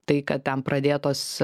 tai kad ten pradėtos